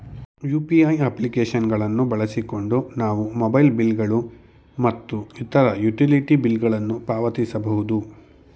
UPI application ಗಳನ್ನು ಬಳಸಿಕೊಂಡು ನಾವು ಮೊಬೈಲ್ ಬಿಲ್ ಗಳು ಮತ್ತು ಇತರ ಯುಟಿಲಿಟಿ ಬಿಲ್ ಗಳನ್ನು ಪಾವತಿಸಬಹುದು